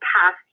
past